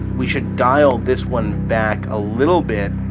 we should dial this one back a little bit.